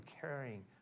carrying